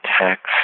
text